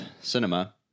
cinema